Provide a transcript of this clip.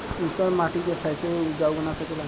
ऊसर माटी के फैसे उपजाऊ बना सकेला जा?